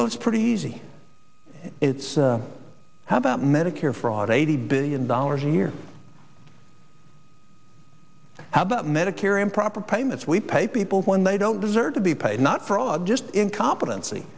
well it's pretty easy it's how about medicare fraud eighty billion dollars a year how about medicare improper payments we pay people when they don't deserve to be paid not fraud just incompeten